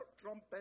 trumpet